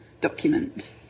document